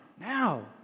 Now